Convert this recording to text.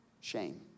Shame